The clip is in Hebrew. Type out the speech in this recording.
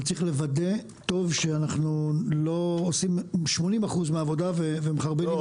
אבל צריך לוודא טוב שאנחנו לא עושים 80% מהעבודה ו-"מחרבנים" אותה,